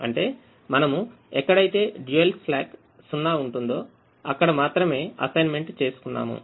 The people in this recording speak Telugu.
అంటే మనముఎక్కడైతే dual slack 0ఉంటుందో అక్కడ మాత్రమే అసైన్మెంట్ చేసుకున్నాము